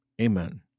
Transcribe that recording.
Amen